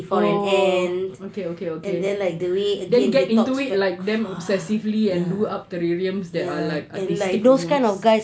oh okay okay okay then get into it like damn obsessively and do terrariums that are like artistic